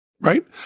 right